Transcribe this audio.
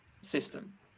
system